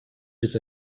bis